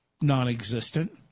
Non-existent